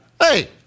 Hey